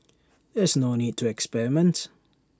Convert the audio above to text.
there's no need to experiment